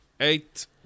Eight